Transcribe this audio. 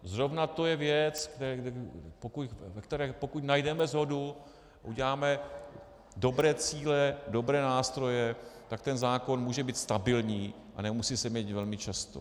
Zrovna to je věc, v které pokud najdeme shodu, uděláme dobré cíle, dobré nástroje, tak ten zákon může být stabilní a nemusí se měnit velmi často.